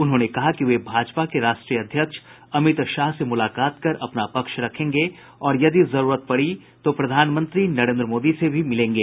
उन्होंने कहा कि वे भाजपा के राष्ट्रीय अध्यक्ष अमित शाह से मुलाकात कर अपना पक्ष रखेंगे और यदि जरूरत पड़ी तो प्रधानमंत्री नरेन्द्र मोदी से भी मिलेंगे